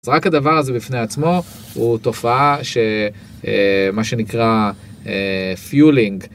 רק הדבר הזה בפני עצמו הוא תופעה שמה שנקרא פיולינג.